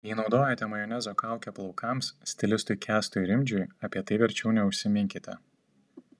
jei naudojate majonezo kaukę plaukams stilistui kęstui rimdžiui apie tai verčiau neužsiminkite